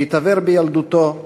שהתעוור בילדותו,